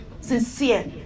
Sincere